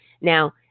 now